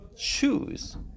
choose